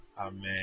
amen